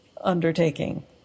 undertaking